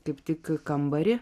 kaip tik kambarį